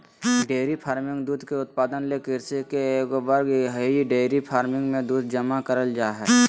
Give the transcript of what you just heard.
dairy farming दूध के उत्पादन ले कृषि के एक वर्ग हई डेयरी फार्मिंग मे दूध जमा करल जा हई